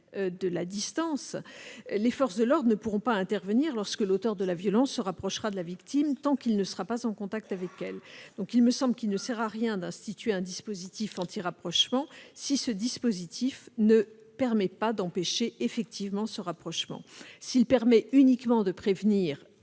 de la distance, les forces de l'ordre ne pourront pas intervenir lorsque l'auteur de la violence se rapprochera de la victime, tant qu'il ne sera pas en contact avec elle. Il me semble qu'il ne sert à rien d'instituer un dispositif anti-rapprochement si celui-ci ne permet pas d'empêcher effectivement ce rapprochement. S'il permet uniquement de prévenir